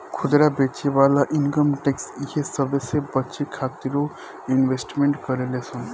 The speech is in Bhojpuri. खुदरा बेचे वाला इनकम टैक्स इहे सबसे बचे खातिरो इन्वेस्टमेंट करेले सन